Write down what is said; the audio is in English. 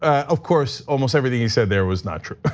of course, almost everything he said there was not true